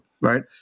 right